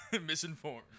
Misinformed